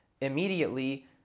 immediately